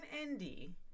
Andy